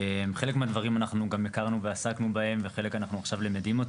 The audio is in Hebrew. חלק מהדברים גם הכרנו ועסקנו בהם וחלק אנחנו עכשיו למדים.